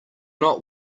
not